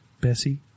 Bessie